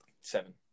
Seven